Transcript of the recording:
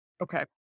Okay